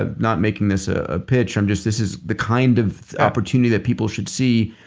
ah not making this a ah pitch. um this this is the kind of opportunity that people should see.